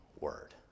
word